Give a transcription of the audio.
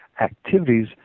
activities